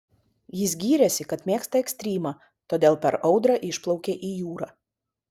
jis gyrėsi kad mėgsta ekstrymą todėl per audrą išplaukė į jūrą